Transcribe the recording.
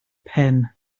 pen